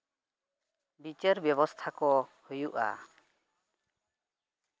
ᱵᱤᱪᱟᱹᱨ ᱵᱮᱵᱚᱥᱛᱷᱟ ᱠᱚ ᱦᱩᱭᱩᱜᱼᱟ